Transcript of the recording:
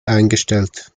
eingestellt